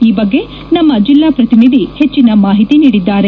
ಈ ಬಗ್ಗೆ ನಮ್ಮ ಜೆಲ್ಲಾ ಪ್ರತಿನಿಧಿ ಹೆಚ್ಚಿನ ಮಾಹಿತಿ ನೀಡಿದ್ದಾರೆ